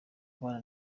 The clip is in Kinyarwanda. kubana